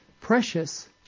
precious